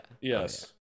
Yes